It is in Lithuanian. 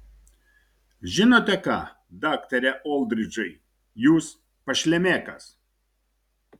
žinote ką daktare oldridžai jūs pašlemėkas